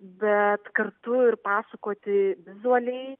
bet kartu ir pasakoti vizualiai